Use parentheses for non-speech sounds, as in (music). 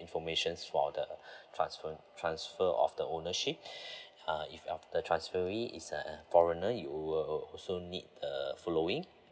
information for the (breath) transfer transfer of the ownership (breath) uh if uh the transferrer is uh foreigner you will also need uh following